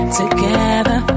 together